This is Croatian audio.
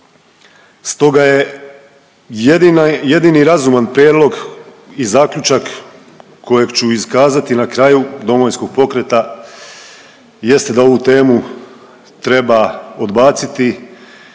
Stoga je jedina, jedini razuman prijedlog i zaključak kojeg ću iskazati na kraju Domovinskog pokreta jest da ovu temu treba odbaciti